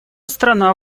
страна